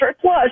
Plus